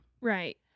Right